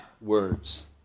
words